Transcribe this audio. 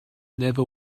never